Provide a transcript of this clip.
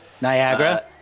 Niagara